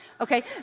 Okay